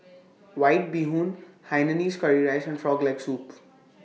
White Bee Hoon Hainanese Curry Rice and Frog Leg Soup